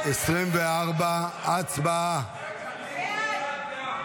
התשפ"ד 2024. הצבעה.